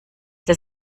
der